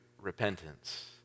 repentance